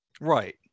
right